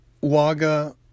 Waga